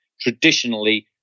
traditionally